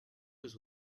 was